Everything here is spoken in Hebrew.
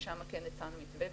ושם כן הצענו מתווה.